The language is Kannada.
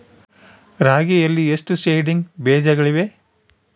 ರಾಗಿಯಲ್ಲಿ ಎಷ್ಟು ಸೇಡಿಂಗ್ ಬೇಜಗಳಿವೆ?